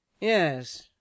Yes